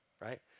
right